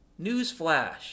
Newsflash